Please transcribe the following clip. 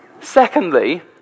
Secondly